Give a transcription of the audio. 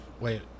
Wait